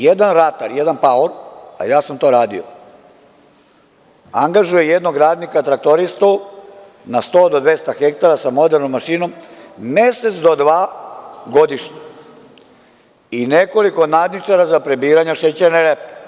Jedan ratar, jedan paor, a ja sam to radio, angažuje jednog radnika traktoristu na 100 do 200 hektara sa modernom mašinom, mesec do dva godišnje i nekoliko nadničara za prebiranje šećerne repe.